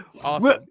awesome